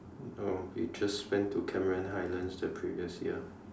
uh we just went to Cameron Highlands the previous year